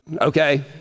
okay